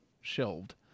shelved